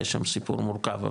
יש שם סיפור מורכב,